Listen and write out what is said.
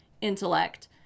intellect